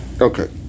Okay